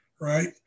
right